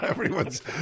Everyone's